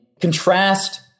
contrast